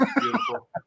Beautiful